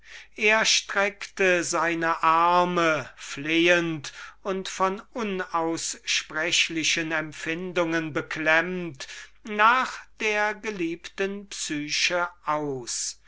er streckte seine arme flehend und von unaussprechlichen empfindungen beklemmt nach der geliebten psyche aus